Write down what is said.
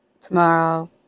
tomorrow